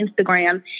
Instagram